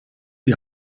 die